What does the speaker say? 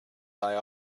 eye